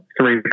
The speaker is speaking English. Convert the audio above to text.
three